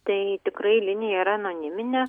tai tikrai linija yra anoniminė